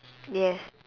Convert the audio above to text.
yes